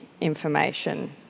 information